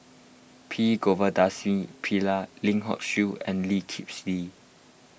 P Govindasamy Pillai Lim Hock Siew and Lee Kip Lee